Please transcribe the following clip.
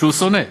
שהוא שונא,